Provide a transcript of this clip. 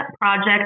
project